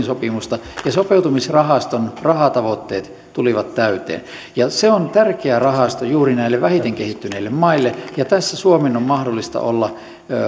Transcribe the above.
sopimusta ja sopeutumisrahaston rahatavoitteet tulivat täyteen se on tärkeä rahasto juuri näille vähiten kehittyneille maille ja tässä suomen on mahdollista olla